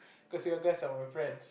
cause you guys are my friends